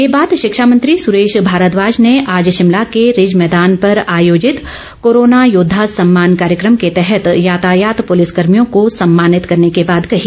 ये बात शिक्षा मंत्री सुरेश भारद्वाज ने आज शिमला के रिज मैदान पर आयोजित कोरोना योद्वा सम्मान कार्यक्रम के तहत यातायात प्रलिस कर्मियों को सम्मानित करने के बाद कही